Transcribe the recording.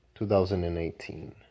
2018